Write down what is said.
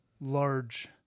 large